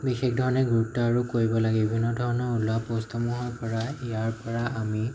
বিশেষ ধৰণে গুৰুত্ব আৰোপ কৰিব লাগে বিভিন্ন ধৰণৰ ওলোৱা পোষ্টসমূহৰ পৰা ইয়াৰ পৰা আমি